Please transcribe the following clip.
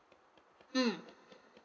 mm